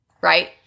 right